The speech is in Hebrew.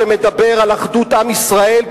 שמדבר על אחדות עם ישראל,